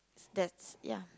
that's ya